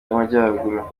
y’amajyaruguru